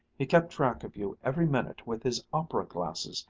he kept track of you every minute with his opera-glasses,